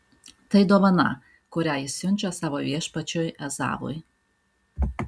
tai dovana kurią jis siunčia savo viešpačiui ezavui